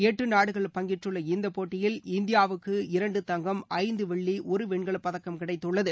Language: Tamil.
எட்டு நாடுகள் பங்கேற்றுள்ள இந்தப் போட்டியில் இந்தியாவுக்கு இரண்டு தங்கம் ஐந்து வெள்ளி ஒரு வெண்கலப் பதக்கம் கிடைத்துள்ளது